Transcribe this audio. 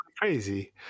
crazy